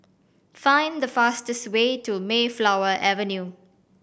find the fastest way to Mayflower Avenue